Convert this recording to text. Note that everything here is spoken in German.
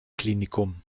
klinikum